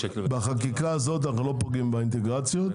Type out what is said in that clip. בחקיקה הזאת אנחנו לא פוגעים באינטגרציות.